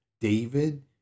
David